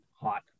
hot